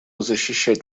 защищать